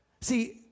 see